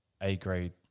A-grade